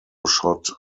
shot